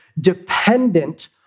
dependent